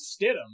Stidham